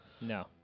No